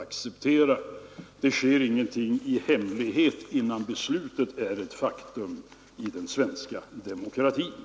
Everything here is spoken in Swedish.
Det sker ingenting i hemlighet innan beslutet är ett faktum i den svenska demokratin.